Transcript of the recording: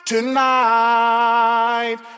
Tonight